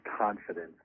confidence